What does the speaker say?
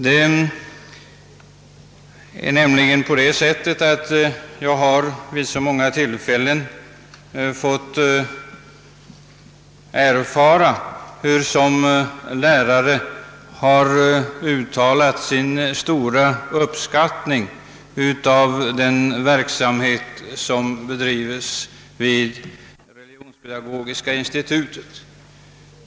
Det är nämligen så, att jag vid så många tillfällen har fått erfara hurusom lärare uttalat sin stora uppskattning av den verksamhet som bedrivs vid Religionspedagogiska institutet.